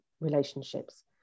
relationships